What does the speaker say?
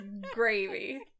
gravy